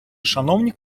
шановні